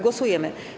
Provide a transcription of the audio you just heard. Głosujemy.